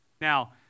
Now